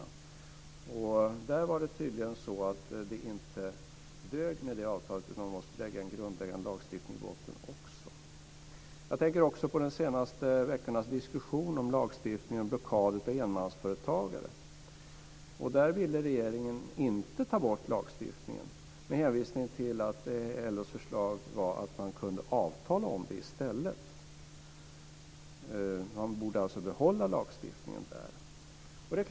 I fråga om detta dög det tydligen inte med detta avtal utan att man måste lägga en grundläggande lagstiftning i botten också. Jag tänker också på de senaste veckornas diskussion om lagstiftning och blockad av enmansföretagare. I fråga om detta ville regeringen inte ta bort lagstiftningen med hänvisning till att LO:s förslag var att man kunde avtala om det i stället. Man borde alltså behålla lagstiftningen i fråga om detta.